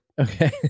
Okay